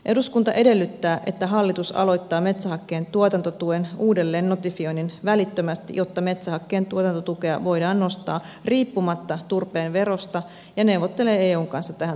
eduskunta edellyttää että hallitus aloittaa metsähakkeen tuotantotuen uudelleen notifioinnin välittömästi jotta metsähakkeen tuotantotukea voidaan nostaa riippumatta turpeen verosta ja neuvottelee eun kanssa tähän tarvittavat muutokset